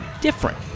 different